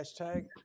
Hashtag